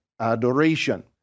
adoration